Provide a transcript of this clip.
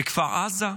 בכפר עזה?